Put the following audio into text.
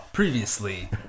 Previously